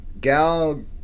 Gal